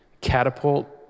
catapult